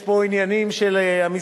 יש פה עניינים של המשרדים,